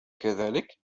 كذلك